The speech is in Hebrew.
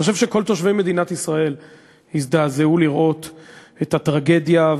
אני חושב שכל תושבי מדינת ישראל הזדעזעו לראות את הטרגדיה.